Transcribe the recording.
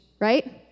Right